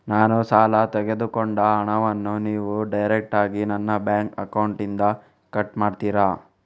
ನಾನು ಸಾಲ ತೆಗೆದುಕೊಂಡ ಹಣವನ್ನು ನೀವು ಡೈರೆಕ್ಟಾಗಿ ನನ್ನ ಬ್ಯಾಂಕ್ ಅಕೌಂಟ್ ಇಂದ ಕಟ್ ಮಾಡ್ತೀರಾ?